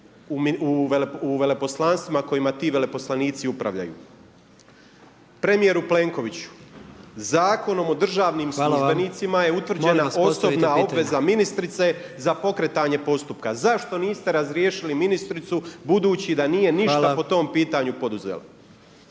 u veleposlanstvima kojima ti veleposlanici upravljaju. Premijeru Plenkoviću, Zakonom o državnim službenicima je utvrđena … …/Upadica predsjednik: Hvala vam. Molim vas postavite pitanje./… … osobna obveza ministrice za pokretanje postupka. Zašto niste razriješili ministricu budući da nije ništa po tom pitanju poduzela.